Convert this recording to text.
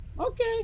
okay